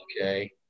Okay